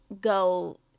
go